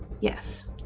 Yes